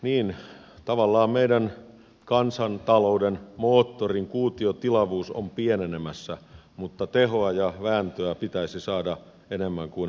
niin tavallaan meidän kansantalouden moottorin kuutiotilavuus on pienenemässä mutta tehoa ja vääntöä pitäisi saada enemmän kuin aikaisemmin